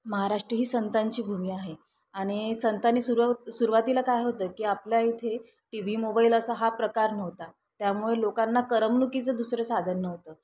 महाराष्ट्र ही संतांची भूमी आहे आणि संतांनी सुरव सुरुवातीला काय होतं की आपल्या इथे टी व्ही मोबाईल असा हा प्रकार नव्हता त्यामुळे लोकांना करमणुकीचं दुसरं साधन नव्हतं